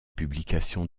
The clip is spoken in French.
publication